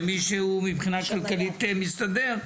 למי שהוא מבחינה כלכלית מסתדר,